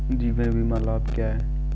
जीवन बीमा लाभ क्या हैं?